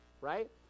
right